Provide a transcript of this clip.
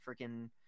freaking